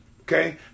Okay